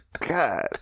God